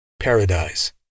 Paradise